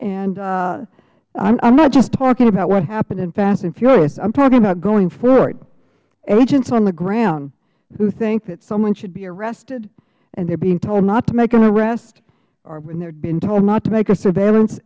and i'm not just talking about what happened in fast and furious i'm talking about going forward agents on the ground who think that someone should be arrested and they're being told not to make an arrest or when they're being told not to make a surveillance